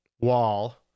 wall